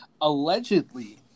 Allegedly